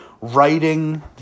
writing